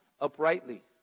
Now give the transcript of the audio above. uprightly